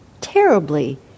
terribly